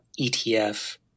ETF